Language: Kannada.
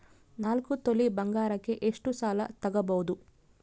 ನಾಲ್ಕು ತೊಲಿ ಬಂಗಾರಕ್ಕೆ ಎಷ್ಟು ಸಾಲ ತಗಬೋದು?